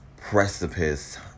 precipice